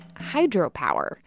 hydropower